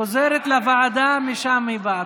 היא חוזרת לוועדה שממנה היא באה.